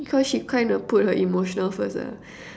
cause she kinda put her emotional first lah